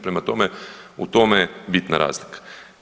Prema tome, u tome je bitna razlika.